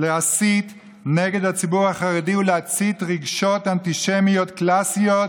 להסית נגד הציבור החרדי ולהצית רגשות אנטישמיות קלאסיים,